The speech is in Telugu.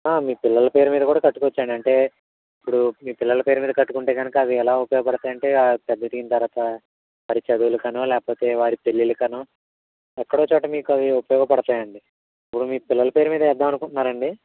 మీ పిల్లల పేరు మీద కూడా కట్టుకోవచ్చండి అంటే ఇప్పుడు మీ పిల్లల పేరు మీద కట్టుకుంటే కనుక అవి ఎలా ఉపయోగపడుతాయంటే పెద్ద ఎదిగిన తర్వాత చదువులకనో లేకపోతే వారి పెళ్ళిళ్ళకనో ఎక్కడో చోట మీకు అవి ఉపయోగపడుతాయండి ఇప్పుడు మీ పిల్లల పేరు మీద వేద్దాం అనుకుంటున్నారా అండి